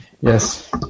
Yes